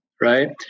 right